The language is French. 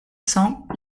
cent